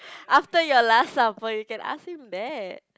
after your last supper you can ask him that